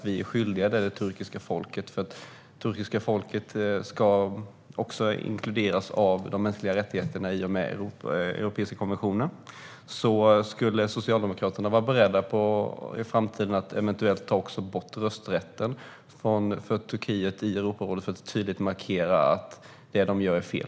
Vi är skyldiga det turkiska folket detta, för det turkiska folket ska också omfattas av de mänskliga rättigheterna i och med den europeiska konventionen. Skulle Socialdemokraterna vara beredda att i framtiden eventuellt ta bort rösträtten för Turkiet i Europarådet för att tydligt markera att det som landet gör är fel?